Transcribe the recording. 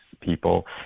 people